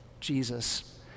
Jesus